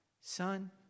Son